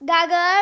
Gaga